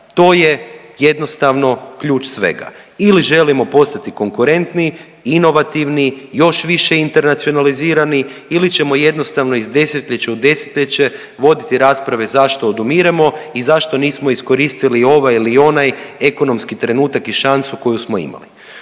To je jednostavno ključ svega. Ili želimo postati konkurentiji, inovativni, još više internacionalizirani ili ćemo jednostavno iz desetljeća u desetljeće voditi rasprave zašto odumiremo i zašto nismo iskoristili ovaj ili onaj ekonomski trenutak i šansu koju smo imali.